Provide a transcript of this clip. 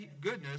goodness